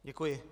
Děkuji.